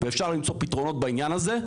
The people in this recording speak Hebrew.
ואפשר למצוא פתרונות בעניין זה,